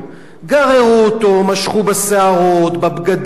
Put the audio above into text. גררו אותו, משכו בשערות, בבגדים.